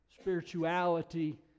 spirituality